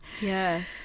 Yes